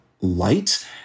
light